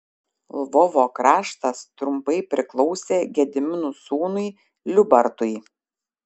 lvovo kraštas trumpai priklausė gedimino sūnui liubartui